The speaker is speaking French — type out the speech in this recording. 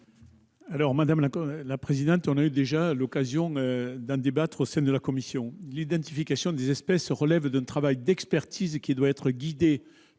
de la commission ? Nous avons déjà eu l'occasion d'en débattre au sein de la commission. L'identification des espèces relève d'un travail d'expertise qui doit être guidé